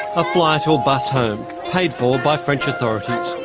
a flight or bus home, paid for by french authorities.